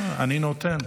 אני נותן.